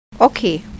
Okay